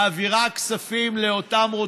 אותה,